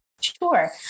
Sure